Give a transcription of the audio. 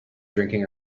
drinking